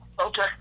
Okay